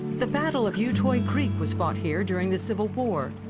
the battle of utoy creek was fought here during the civil war.